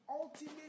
ultimate